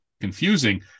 confusing